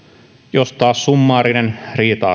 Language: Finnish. jos taas summaarinen riita